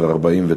1049,